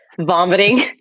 vomiting